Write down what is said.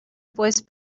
voice